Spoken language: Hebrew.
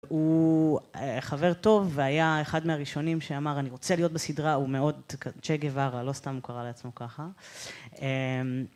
הוא חבר טוב והיה אחד מהראשונים שאמר, אני רוצה להיות בסדרה, הוא מאוד צ'ה גווארה, לא סתם הוא קרא לעצמו ככה.